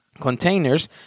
containers